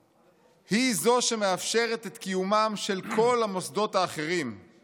היא זו שמאפשרת את קיומם של כל המוסדות האחרים בדמוקרטיה.